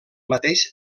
mateix